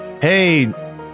hey